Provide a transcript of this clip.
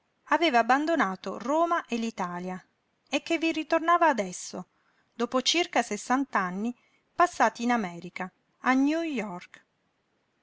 aveva abbandonato roma e l'italia e che vi ritornava adesso dopo circa sessanta anni passati in america a new york